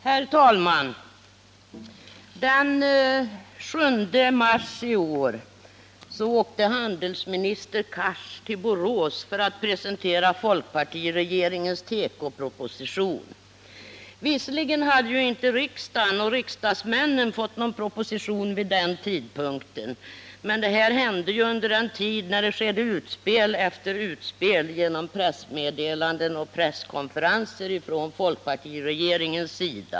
Herr talman! Den 7 mars i år åkte handelsminister Cars till Borås för att presentera folkpartiregeringens tekoproposition. Visserligen hade inte riksdagen — och riksdagsmännen — fått någon proposition vid den tidpunkten, men det här hände ju under den tid när det gjordes utspel efter utspel från folkpartiregeringens sida genom pressmeddelanden och presskonferenser.